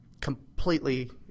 completely